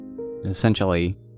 essentially